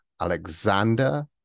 Alexander